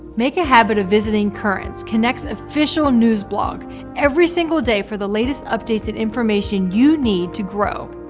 make a habit of visiting currents kynects official news blog every single day for the latest updates and information you need to grow.